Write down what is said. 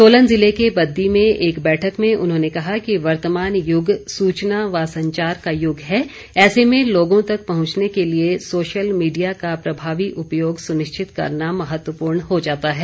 सोलन जिले के बद्दी में एक बैठक में उन्होंने कहा कि वर्तमान युग सूचना व संचार का युग है ऐसे में लोगों तक पहुंचने के लिए सोशल मीडिया का प्रभावी उपयोग सुनिश्चित करना महत्वपूर्ण हो जाता है